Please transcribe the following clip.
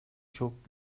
çok